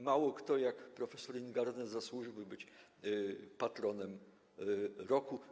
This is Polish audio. Mało kto tak jak prof. Ingarden zasłużył, by być patronem roku.